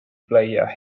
player